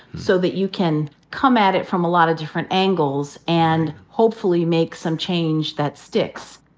so that you can come at it from a lot of different angles and hopefully make some change that sticks.